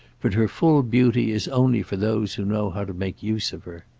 but her full beauty is only for those who know how to make use of her. ah